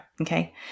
Okay